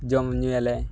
ᱡᱚᱢᱼᱧᱩᱭᱟᱞᱮ